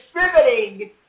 distributing